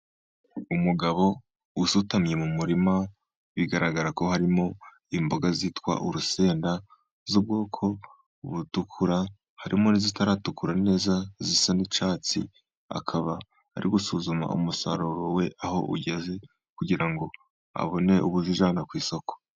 Umugabo usutamye mu murima bigaragara ko harimo imboga zitwa urusenda z'ubwoko butukura, harimo n'izitaratukura neza zisa n'icyatsi, akaba ari gusuzuma umusaruro we aho ugeze, kugira ngo abone ubuzijyana ku isoko.